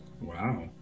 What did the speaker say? Wow